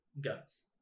guns